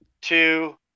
two